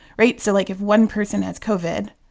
right? so, like, if one person has covid.